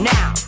Now